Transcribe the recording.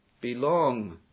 belong